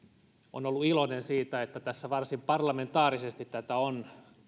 olen ollut iloinen siitä että tässä varsin parlamentaarisesti tätä on